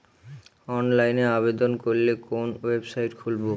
অনলাইনে আবেদন করলে কোন ওয়েবসাইট খুলব?